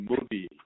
movie